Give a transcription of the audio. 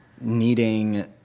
needing